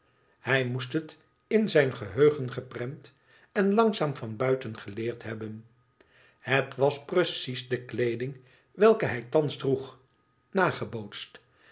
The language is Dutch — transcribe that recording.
hij moest het in zijn geheugen geprent en langzaam van buiten geleerd hebben het was precies de klee üng welke hij